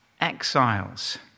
exiles